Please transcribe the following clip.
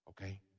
okay